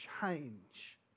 change